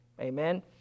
Amen